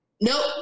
Nope